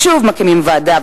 שוב מקימים ועדה,